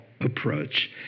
approach